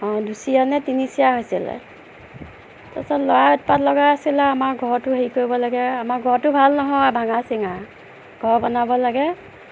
অঁ দুচিৰা নে তিনি চিৰা হৈছিলে তাৰপিছত ল'ৰাই উৎপাত লগাই আছিলে আমাৰ ঘৰটো হেৰি কৰিব লাগে আমাৰ ঘৰটো ভাল নহয় ভাঙা চিঙা ঘৰ বনাব লাগে